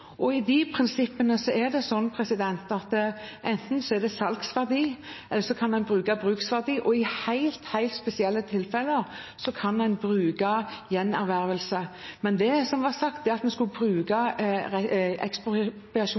og i de prinsippene er det enten salgsverdi, eller man kan bruke bruksverdi, og i helt spesielle tilfeller kan man bruke gjenervervelse. Men det som var sagt, var at vi skulle bruke